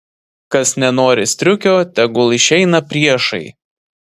kas nenori striukio tegul išeina priešai